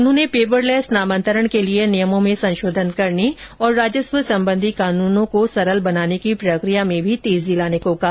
उन्होंने पेपरलेस नामान्तरण के लिए नियमों में संशोधन करने और राजस्व संबंधी कानूनों को सरल बनाने की प्रक्रिया में भी तेजी लाने को कहा